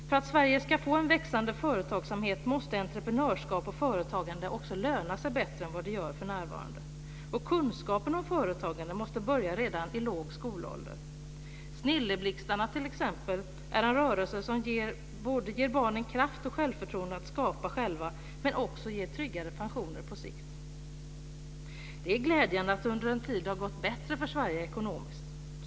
För att Sverige ska få en växande företagsamhet måste entreprenörskap och företagande löna sig bättre än vad det gör för närvarande. Kunskapen om företagen måste börja redan i låg skolålder. Snilleblixtarna, t.ex., är en rörelse som både ger barnen kraft och självförtroende att skapa själva och leder till tryggade pensioner på sikt. Det är glädjande att det under en tid har gått bättre för Sverige ekonomiskt.